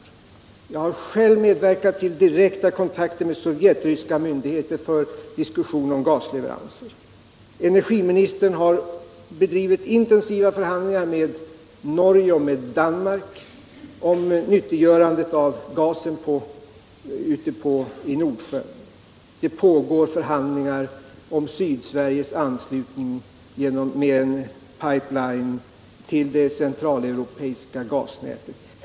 Jag har själv medverkat till direkta kontakter med sovjetryska myndigheter för diskussion om gasleveranser, och energiministern har bedrivit intensiva förhandlingar med Norge och Danmark om nyttiggörandet av gasen ute i Nordsjön. Förhandlingar pågår om Sydsveriges anslutning med en pipeline till det centraleuropeiska gasnätet.